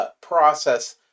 process